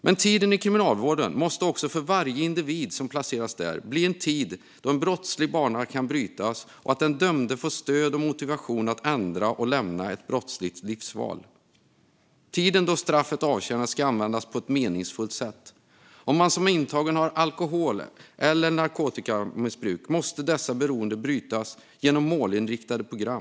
Men tiden i kriminalvården måste också för varje individ som placeras där bli en tid då en brottslig bana kan brytas och den dömde får stöd och motivation att ändra och lämna ett brottsligt livsval. Tiden då straffet avtjänas ska användas på ett meningsfullt sätt. Om man som intagen har alkohol eller narkotikamissbruk måste dessa beroenden brytas genom målinriktade program.